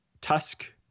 Tusk